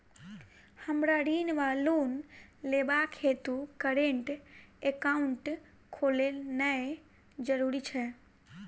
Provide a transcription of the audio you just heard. हमरा ऋण वा लोन लेबाक हेतु करेन्ट एकाउंट खोलेनैय जरूरी छै?